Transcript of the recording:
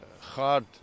hard